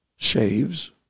shaves